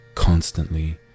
Constantly